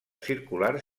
circular